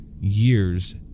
years